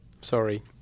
Sorry